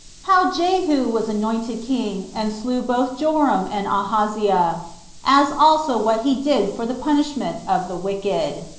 how jehu was anointed king, and slew both joram and ahaziah as also what he did for the punishment of the wicked.